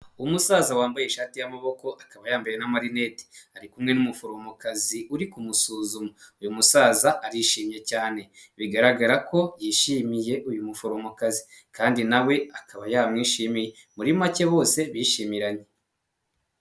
Umusaza wambaye ishati y'amaboko akaba yambaye n'amarineti ari kumwe n'umuforomokazi uri kumusuzuma. Uyu musaza arishimye cyane bigaragara ko yishimiye uyu muforomokazi, kandi na we akaba yamwishimiye muri make bose bishimiranye.